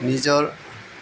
নিজৰ